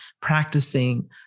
practicing